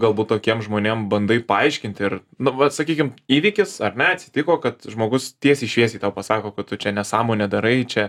galbūt tokiem žmonėm bandai paaiškinti ir nu vat sakykim įvykis ar ne atsitiko kad žmogus tiesiai šviesiai tau pasako kad tu čia nesąmonę darai čia